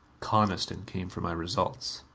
coniston came for my results.